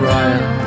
Royal